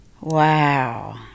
Wow